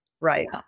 Right